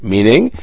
Meaning